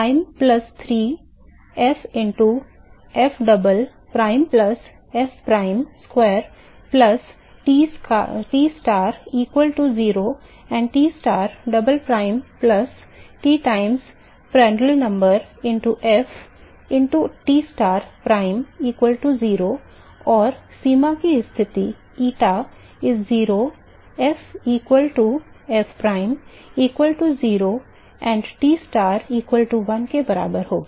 Prime plus 3 f into fdouble prime plus 2 fprime square plus t star equal to 0 and t star double prime plus 3 times Prandtl number into f into t star prime equal to 0 और सीमा की स्थिति eta is 0 f equal to f prime equals to 0 and t star equal to one के बराबर होगी